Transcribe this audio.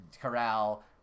Corral